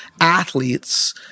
athletes